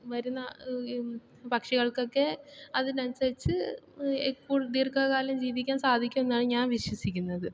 വരുന്ന പക്ഷികൾക്കൊക്കെ അതിനനുസരിച്ച് ദീർഘകാലം ജീവിക്കാൻ സാധിക്കും എന്നാണ് ഞാൻ വിശ്വസിക്കുന്നത്